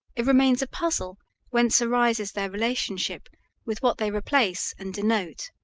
it remains a puzzle whence arises their relationship with what they replace and denote.